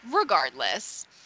Regardless